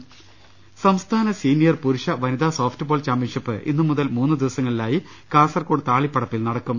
രദേഷ്ടെടു സംസ്ഥാന സീനിയർ പുരുഷ വനിതാ സോഫ്റ്റ്ബോൾ ചാമ്പൃൻഷിപ്പ് ഇന്ന് മുതൽ മൂന്നുദിവസങ്ങളിലായി കാസർകോട് താളിപ്പടപ്പിൽ നടക്കും